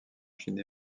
chine